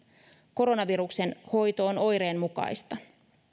koronaviruksen hoito on oireenmukaista